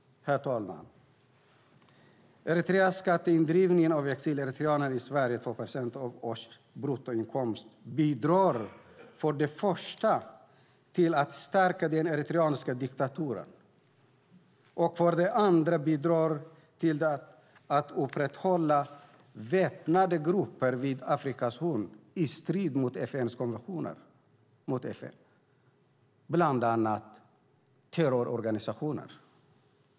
Eritreas skatteindrivning av exileritreaner i Sverige med 2 procent av årsbruttoinkomsten bidrar för det första till att stärka den eritreanska diktaturen, för det andra till att upprätthålla väpnade grupper, bland annat terrororganisationer, vid Afrikas horn i strid mot FN:s konventioner.